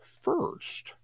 first